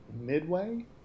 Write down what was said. Midway